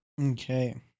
Okay